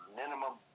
minimum